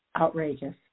Outrageous